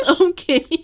Okay